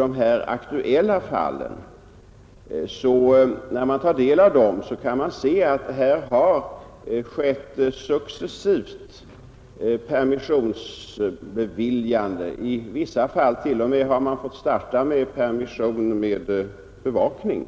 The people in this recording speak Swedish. av de här aktuella fallen kan man se att permissioner beviljats successivt. I vissa fall har vederbörande t.o.m. fått starta med permission under bevakning.